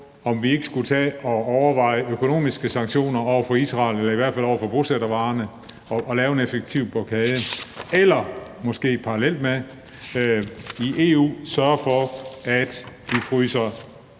om vi ikke skulle tage at overveje økonomiske sanktioner over for Israel eller i hvert fald over for bosættervarerne og lave en effektiv blokade, eller måske parallelt med det sørge for, at vi i EU fryser